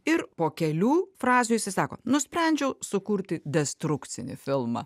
ir po kelių frazių jisai sako nusprendžiau sukurti destrukcinį filmą